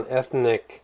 ethnic